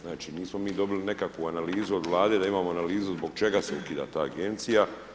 Znači nismo mi dobili nekakvu analizu od Vlade, da imamo analizu zbog čega se ukida ta agencija.